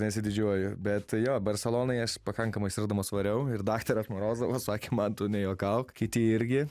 nesididžiuoju bet jo barselonoj aš pakankamai sirgdamas variau ir daktaras morozovas sakė man tu nejuokauk kiti irgi